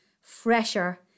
fresher